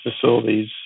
facilities